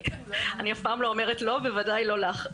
אני אף פעם לא אומרת לא, בוודאי לא לך.